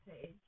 page